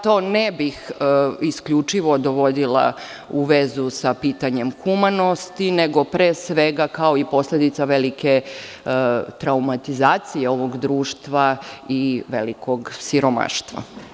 To ne bih isključivo dovodila u vezu sa pitanjem humanosti, nego pre svega kao i posledicu velike traumatizacije ovog društva i velikog siromaštva.